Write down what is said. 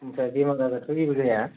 आमफ्राय बेमार आजारथ' जेबो जाया